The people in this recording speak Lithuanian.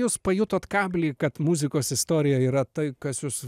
jūs pajutot kablį kad muzikos istorija yra tai kas jus